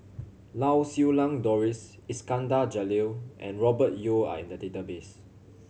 Lau Siew Lang Doris Iskandar Jalil and Robert Yeo are in the database